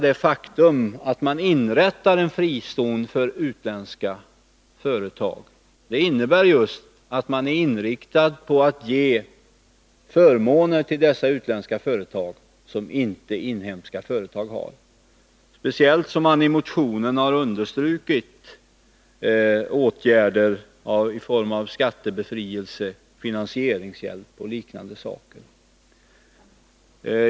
Det faktum att man inrättar en Onsdagen den frizon för utländska företag innebär just att man är inriktad på att ge 16 december 1981 förmåner till dessa utländska företag som inte inhemska företag har, speciellt som man i motionen har understrukit åtgärder i form av skattebefrielse, Åtgärder för att finansieringshjälp och liknande.